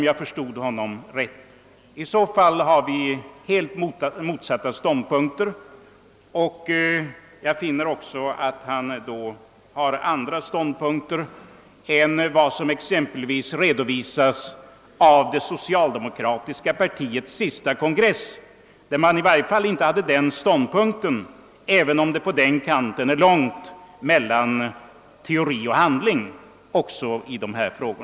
I så fall har vi helt motsatta åsikter, och jag kan notera att han också har en annan ståndpunkt än den som redovisades vid exempelvis det socialdemokratiska partiets senaste kongress, även om det på den kanten är stor skillnad mellan teori och handling också beträffande dessa frågor.